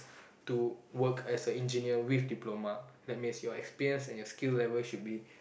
to work as a engineer with diploma that means your experience and your skill level should be